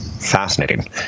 Fascinating